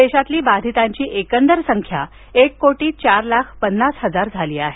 देशातली बाधितांची एकंदर संख्या एक कोटी चार लाख पन्नास हजार झाली आहे